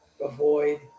avoid